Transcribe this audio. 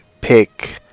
pick